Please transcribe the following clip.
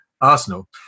Arsenal